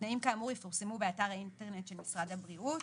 תנאים כאמור יפורסמו באתר האינטרנט של משרד הבריאות.